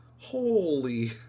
Holy